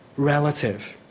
relative.